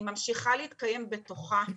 היא ממשיכה להתקיים בתוכה,